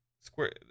Square